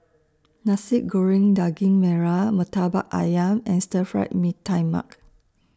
Nasi Goreng Daging Merah Murtabak Ayam and Stir Fry Mee Tai Mak